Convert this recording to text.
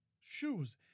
Shoes